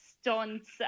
stunts